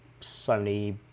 Sony